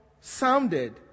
sounded